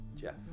Jeff